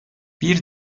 bir